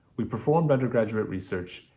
we performed undergraduate research,